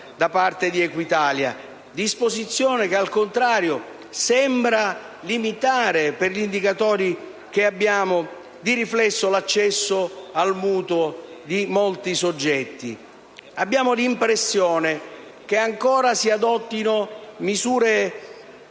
da parte di Equitalia, una disposizione che, al contrario, sembra di riflesso limitare, per gli indicatori di cui disponiamo, l'accesso al mutuo di molti soggetti. Abbiamo l'impressione che ancora si adottino misure